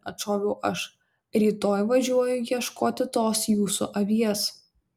atšoviau aš rytoj važiuoju ieškoti tos jūsų avies